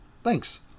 Thanks